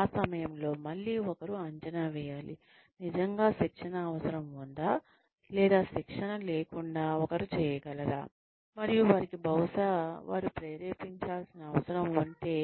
ఆ సమయంలో మళ్ళీ ఒకరు అంచనా వేయాలి నిజంగా శిక్షణ అవసరం ఉందా లేదా శిక్షణ లేకుండా ఒకరు చేయగలరా మరియు వారికి బహుశా వారు ప్రేరేపించాల్సిన అవసరం ఉంటే